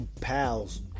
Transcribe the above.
pals